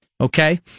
Okay